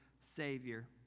savior